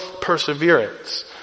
perseverance